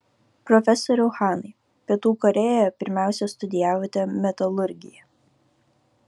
profesoriau hanai pietų korėjoje pirmiausia studijavote metalurgiją